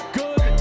good